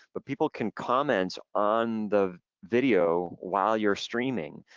but people can comment on the video while you're streaming.